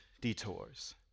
detours